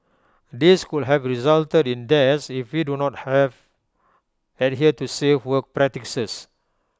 these could have resulted in deaths if we do not have adhere to safe work practices